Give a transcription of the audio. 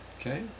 Okay